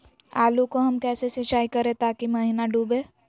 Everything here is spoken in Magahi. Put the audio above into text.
आलू को हम कैसे सिंचाई करे ताकी महिना डूबे?